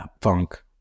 funk